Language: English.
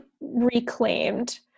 reclaimed